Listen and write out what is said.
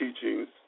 teachings